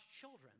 children